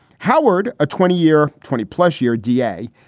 howard, a twenty year, twenty plus year d a.